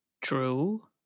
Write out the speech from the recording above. True